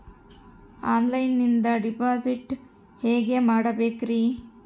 ಆನ್ಲೈನಿಂದ ಡಿಪಾಸಿಟ್ ಹೇಗೆ ಮಾಡಬೇಕ್ರಿ?